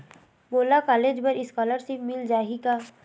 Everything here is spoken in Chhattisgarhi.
मोला कॉलेज बर स्कालर्शिप मिल जाही का?